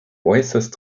äußerst